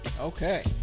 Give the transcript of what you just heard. Okay